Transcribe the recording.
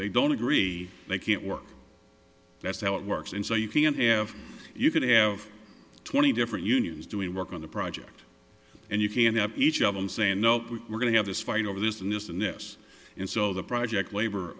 they don't agree they can't work that's how it works and so you can have you can have twenty different unions doing work on the project and you can't have each of them saying no we're going to have this fight over this and this and this and so the project labor